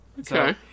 Okay